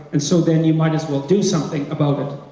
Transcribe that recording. and so then you might as well do something about it.